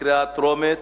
בקריאה טרומית.